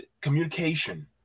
communication